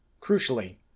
Crucially